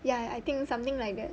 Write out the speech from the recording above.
ya I think something like that